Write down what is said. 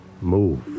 move